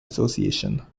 association